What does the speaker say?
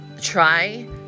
try